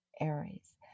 Aries